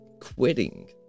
quitting